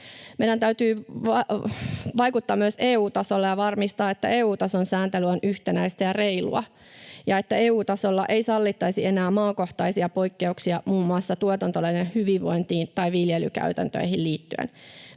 Meidän täytyy vaikuttaa myös EU-tasolla ja varmistaa, että EU-tason sääntely on yhtenäistä ja reilua ja että EU-tasolla ei sallittaisi enää maakohtaisia poikkeuksia muun muassa tuotantoeläinten hyvinvointiin tai viljelykäytäntöihin liittyen.